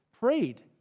prayed